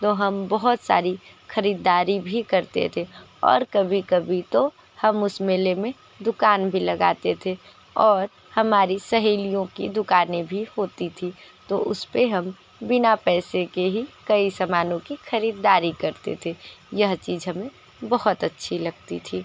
तो हम बहुत सारी खरीदारी भी करते थे और कभी कभी तो हम उस मेले में दुकान भी लगाते थे और हमारी सहेलियों की दुकानें भी होती थी तो उसपे हम बिना पैसे के ही कई सामानों की खरीदारी करते थे यह चीज हमें बहुत ही अच्छी लगती थी